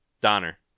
Donner